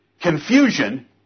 confusion